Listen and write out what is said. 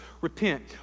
repent